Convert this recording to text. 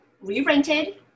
re-rented